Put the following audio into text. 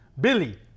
Billy